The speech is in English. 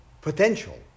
potential